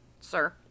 Sir